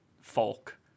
folk